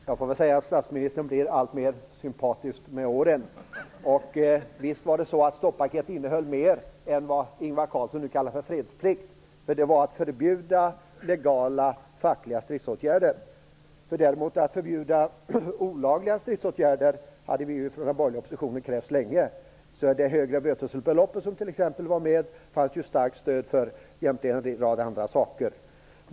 Fru talman! Jag måste säga att statsministern blir alltmer sympatisk med åren. Visst innehöll stoppaketet mer än vad Ingvar Carlsson nu kallar för fredsplikt. Det innebar att man skulle förbjuda legala fackliga stridsåtgärder. Förbud mot olagliga stridsåtgärder hade däremot den borgerliga oppositionen krävt länge. Det högre bötesbeloppet som ingick fanns det t.ex. starkt stöd för, liksom en rad andra åtgärder.